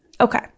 Okay